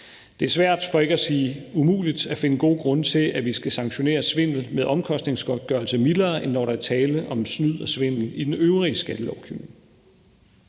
Det er svært, for ikke at sige umuligt, at finde gode grunde til, at vi skal sanktionere svindel med omkostningsgodtgørelse mildere, end når der er tale om snyd og svindel i den øvrige skattelovgivning.